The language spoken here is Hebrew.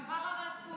גם פארה-רפואי.